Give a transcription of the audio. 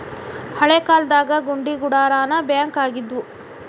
ಹಳೇ ಕಾಲ್ದಾಗ ಗುಡಿಗುಂಡಾರಾನ ಬ್ಯಾಂಕ್ ಆಗಿದ್ವು